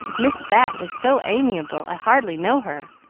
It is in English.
miss bat is so amiable, i hardly know her,